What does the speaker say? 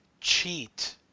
cheat